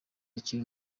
kintu